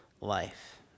life